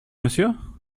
monsieur